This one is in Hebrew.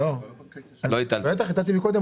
אולי ליאת מכירה.